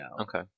Okay